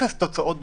אפס תוצאות בשטח.